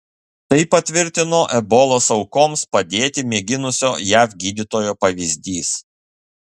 tai patvirtino ebolos aukoms padėti mėginusio jav gydytojo pavyzdys